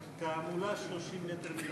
מצביע